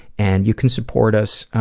and you can support us